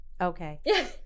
Okay